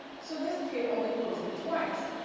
so this kid only posted twice